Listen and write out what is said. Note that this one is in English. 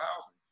housing